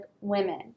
women